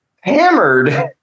hammered